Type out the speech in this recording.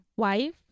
wife